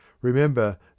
remember